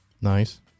Nice